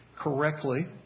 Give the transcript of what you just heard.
correctly